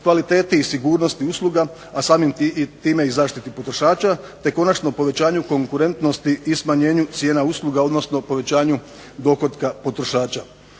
kvaliteti i sigurnosti usluga, a samim time i zaštiti potrošača te konačno povećanju konkurentnosti i smanjenju cijena usluga, odnosno povećanju dohotka potrošača.